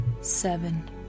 seven